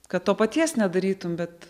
kad to paties nedarytum bet